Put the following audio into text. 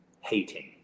hating